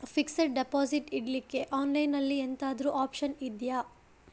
Fixed deposit ಇಡ್ಲಿಕ್ಕೆ online ಅಲ್ಲಿ ಎಂತಾದ್ರೂ ಒಪ್ಶನ್ ಇದ್ಯಾ?